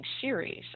series